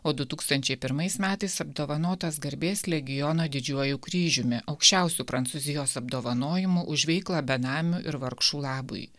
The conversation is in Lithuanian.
o du tūkstančiai pirmais metais apdovanotas garbės legiono didžiuoju kryžiumi aukščiausiu prancūzijos apdovanojimu už veiklą benamių ir vargšų labui